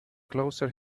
closer